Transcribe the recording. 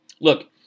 Look